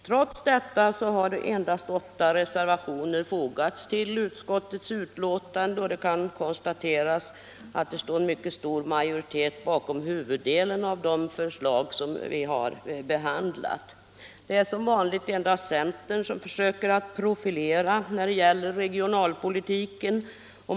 Trots detta har endast åtta reservationer fogats till utskottets betänkande, och det kan konstateras att en mycket stor majoritet står bakom huvuddelen av de förslag som vi har redovisat. Det är som vanligt endast centern som försöker att profilera när det gäller regionalpolitiken.